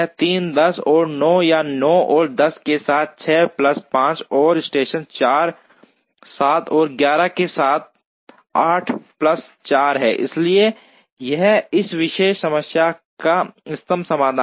3 10 और 9 या 9 और 10 के साथ 6 प्लस 5 और स्टेशन 4 7 और 11 के साथ 8 प्लस 4 है इसलिए यह इस विशेष समस्या का इष्टतम समाधान है